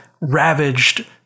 ravaged